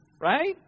right